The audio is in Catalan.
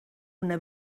una